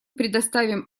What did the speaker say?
предоставим